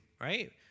right